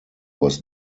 was